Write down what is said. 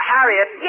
Harriet